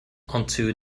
onto